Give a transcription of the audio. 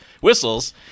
whistles